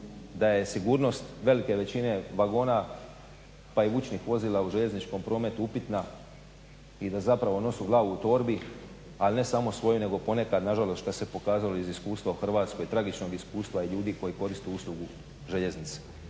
da je sigurnost velike većine vagona pa i vučnih vozila u željezničkom prometu upitna i da zapravo nosu glavu u torbi, ali ne samo svoju nego ponekad na žalost što se pokazalo iz iskustva u Hrvatskoj, tragičnog iskustva ljudi koji koriste usluge željeznice.